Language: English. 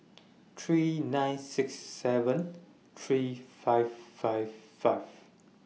three nine six seven three five five five